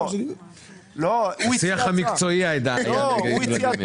השיח המקצועי היה עם ולדימיר.